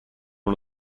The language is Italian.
uno